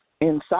Inside